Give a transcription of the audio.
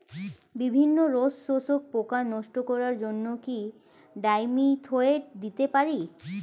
বিভিন্ন রস শোষক পোকা নষ্ট করার জন্য কি ডাইমিথোয়েট দিতে পারি?